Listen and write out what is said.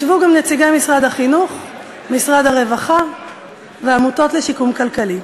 ישבו גם נציגי משרד החינוך ומשרד הרווחה ועמותות לשיקום כלכלי.